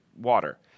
water